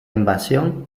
invasión